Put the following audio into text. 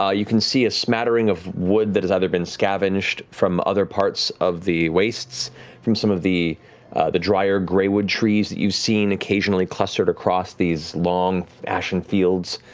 ah you can see a smattering of wood that has either been scavenged from other parts of the wastes from some of the the drier graywood trees that you've seen occasionally clustered across these long, ashen fields.